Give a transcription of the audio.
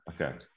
Okay